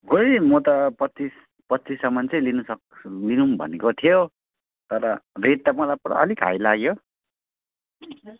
खोइ म त पच्चिस पच्चिससम्म चाहिँ लिनु सक् लिऊँ भनेको थियो तर रेट त मलाई पुरा अलिक हाई लाग्यो